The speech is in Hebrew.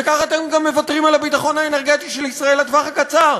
וכך אתם גם מוותרים על הביטחון האנרגטי של ישראל לטווח הקצר,